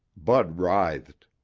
bud writhed.